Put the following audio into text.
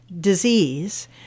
disease